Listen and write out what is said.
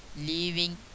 leaving